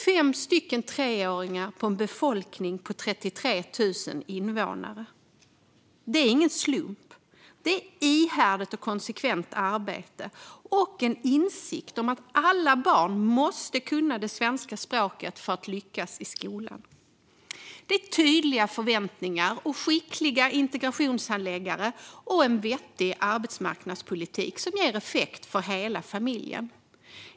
Det var fem treåringar på en befolkning på 33 000. Det är inte någon slump. Det beror på ihärdigt och konsekvent arbete och en insikt om att alla barn måste kunna svenska språket för att lyckas i skolan. Tydliga förväntningar, skickliga integrationshandläggare och en vettig arbetsmarknadspolitik ger effekt för hela familjen.